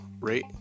rate